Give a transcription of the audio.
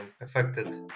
affected